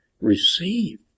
receive